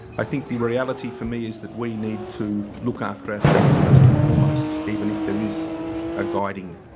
i think the reality for me is that we need to look after ourselves first and foremost even if there is a guiding,